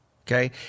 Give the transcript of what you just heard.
Okay